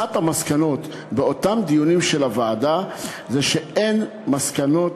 אחת המסקנות מאותם דיונים של הוועדה היא שאין מסקנות